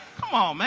come on man,